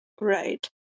Right